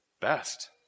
best